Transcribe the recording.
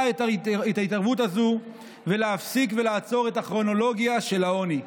את ההתערבות הזו ולהפסיק ולעצור את הכרונולוגיה של העוני.